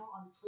on